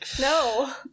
no